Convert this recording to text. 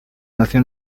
nació